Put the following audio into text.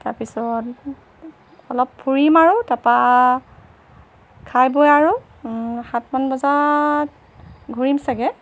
তাৰপিছত অলপ ফুৰিম আৰু তাৰপৰা খাই বৈ আৰু সাতমান বজাত ঘূৰিম ছাগে